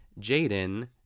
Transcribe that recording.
Jaden